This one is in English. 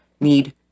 need